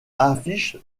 affiche